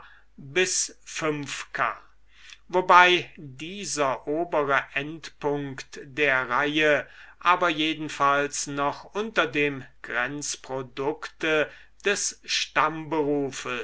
bis k wobei dieser obere endpunkt der reihe aber jedenfalls noch unter dem grenzprodukte des